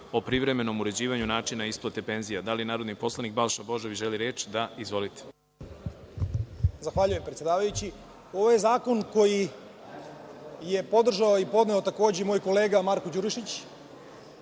o privremenom uređivanju načina isplate penzija. Da li narodni poslanik Balša Božović želi reč? (Da.)Izvolite. **Balša Božović** Zahvaljujem predsedavajući. Ovo je zakon koji je podržao i podneo, takođe, moj kolega Marko Đurišić,